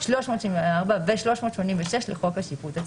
384 ו-386 לחוק השיפוט הצבאי.